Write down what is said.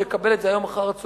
הוא יקבל את זה היום אחר-הצהריים,